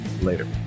Later